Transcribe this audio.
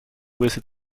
visit